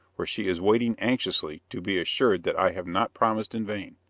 where she is waiting anxiously to be assured that i have not promised in vain.